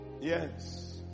yes